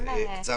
שלא